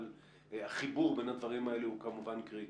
אבל החיבור בין הדברים האלו הוא כמובן קריטי.